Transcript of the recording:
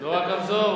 לא רק רמזור.